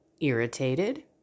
irritated